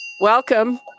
welcome